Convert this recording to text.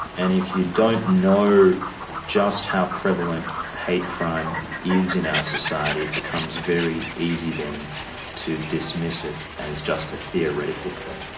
and if you don't know just how prevalent crime is in our society it becomes very easy then to dismiss it as just a theoretical threat.